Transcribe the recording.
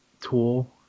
tool